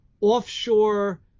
offshore